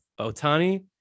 Otani